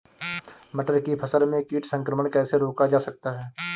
मटर की फसल में कीट संक्रमण कैसे रोका जा सकता है?